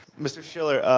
mr. shiller,